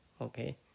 Okay